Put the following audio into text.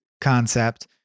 concept